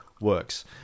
works